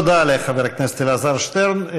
תודה לחבר הכנסת אלעזר שטרן.